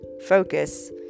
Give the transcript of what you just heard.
focus